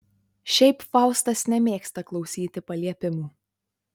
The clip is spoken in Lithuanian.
šiaip faustas nemėgsta klausyti paliepimų